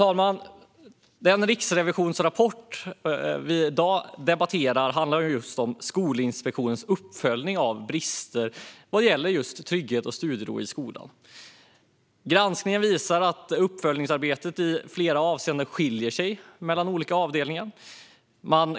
Den rapport från Riksrevisionen som vi debatterar i dag handlar om Skolinspektionens uppföljning av brister gällande just trygghet och studiero i skolor. Granskningen visar att uppföljningsarbetet i flera avseenden skiljer sig åt mellan avdelningarna.